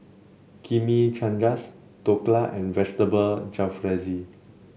Chimichangas Dhokla and Vegetable Jalfrezi